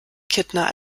kittner